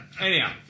Anyhow